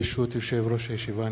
ברשות יושב-ראש הישיבה,